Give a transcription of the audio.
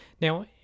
Now